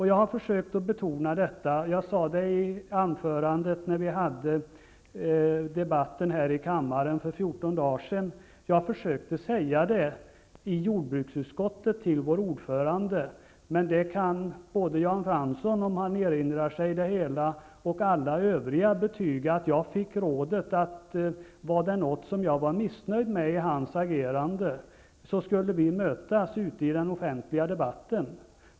Jag försökte att betona detta i debatten här i kammaren för 14 dagar sedan, och jag försökte säga det i jordbruksutskottet till vår ordförande. Men både Jan Fransson, om han erinar sig, och alla övriga kan betyga att jag då fick rådet, att om det var någonting som jag var missnöjd med i hans agerande, skulle vi mötas i den offentliga debatten.